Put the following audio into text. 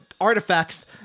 artifacts